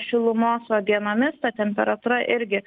šilumos o dienomis temperatūra irgi